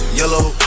yellow